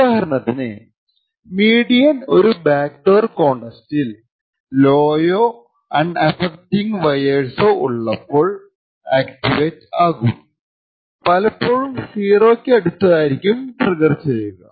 ഉദാഹരണത്തിന് മീഡിയൻ ഒരു ബാക്ടോർ കോണ്ടെസ്റ്റിൽ ലോ യോ അൺഅഫക്റ്റിങ് വയേർസൊ ഉള്ളപ്പോൾ പലപ്പോഴും സിറോക്ക് അടുത്തായിരിക്കും ട്രിഗർ ചെയ്യുക